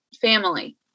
family